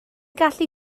gallu